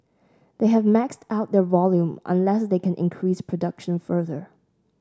they have maxed out their volume unless they can increase production further